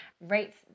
rates